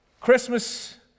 Christmas